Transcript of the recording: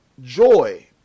joy